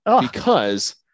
because-